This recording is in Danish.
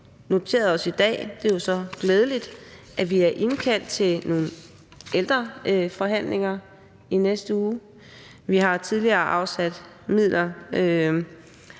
noteret os i dag – og det er jo så glædeligt – at vi er indkaldt til nogle ældreforhandlinger i næste uge. Vi har tidligere afsat midler